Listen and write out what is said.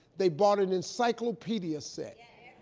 they bought an encyclopedia set.